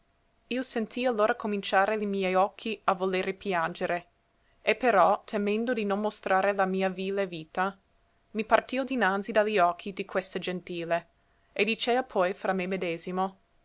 io senti allora cominciare li miei occhi a volere piangere e però temendo di non mostrare la mia vile vita mi partio dinanzi da li occhi di questa gentile e dicea poi fra me medesimo